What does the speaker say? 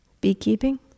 Beekeeping